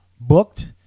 booked